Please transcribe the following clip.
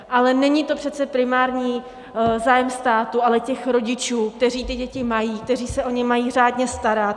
Ale není to přece primární zájem státu, ale těch rodičů, kteří ty děti mají, kteří se o ně mají řádné starat.